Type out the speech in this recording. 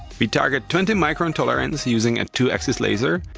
we target twenty micron tolerance using a two axis laser,